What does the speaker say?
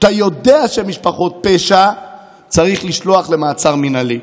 שאתה יודע שהן משפחות פשע צריך לשלוח למעצר מינהלי.